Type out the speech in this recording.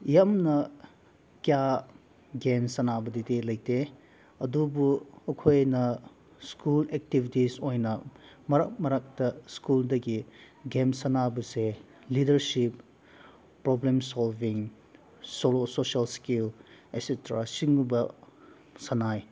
ꯌꯥꯝꯅ ꯀꯌꯥ ꯒꯦꯝ ꯁꯥꯟꯟꯕꯗꯗꯤ ꯂꯩꯇꯦ ꯑꯗꯨꯕꯨ ꯑꯩꯈꯣꯏꯅ ꯁ꯭ꯀꯨꯜ ꯑꯦꯛꯇꯤꯚꯤꯇꯤꯁ ꯑꯣꯏꯅ ꯃꯔꯛ ꯃꯔꯛꯇ ꯁ꯭ꯀꯨꯜꯗꯒꯤ ꯒꯦꯝ ꯁꯥꯟꯅꯕꯁꯦ leadership problem solving social skill et cetera ꯁꯤꯒꯨꯝꯕ ꯁꯥꯟꯅꯩ